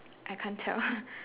I can't tell